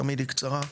תמיד היא קצרה.